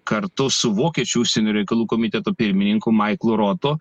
kartu su vokiečių užsienio reikalų komiteto pirmininku maiklu rotu